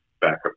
backup